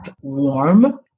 warm